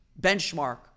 benchmark